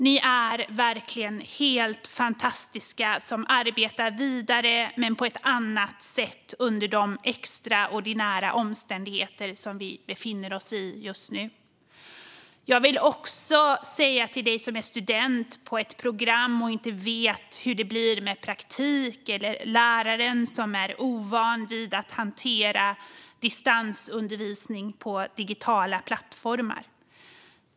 Ni är verkligen helt fantastiska som arbetar vidare men på ett annat sätt under de extraordinära omständigheter som vi befinner oss i just nu. Jag vill också säga något till dig som är student på ett program och inte vet hur det blir med praktik och med lärare som är ovana vid att hantera distansundervisning på digitala plattformar.